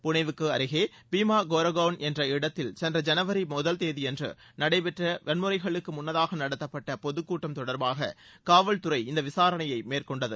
புனேக்கு அருகே பீமா கோரே காள் என்ற இடத்தில் சென்ற ஜனவரி முதல் தேதியன்று நடைபெற்ற வன்முறைகளுக்கு முன்னதாக நடத்தப்பட்ட பொதுக்கூட்டம் தொடர்பாக காவல்துறை இந்த விசாரணையை மேற்கொண்டது